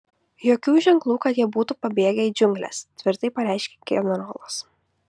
jokių ženklų kad jie būtų pabėgę į džiungles tvirtai pareiškė generolas